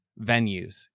venues